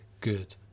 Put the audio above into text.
good